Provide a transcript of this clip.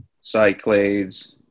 Cyclades